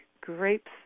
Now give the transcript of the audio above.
grapes